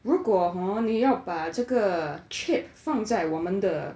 如果 hor 你要把这个 chip 放在我们的